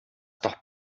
doch